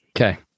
Okay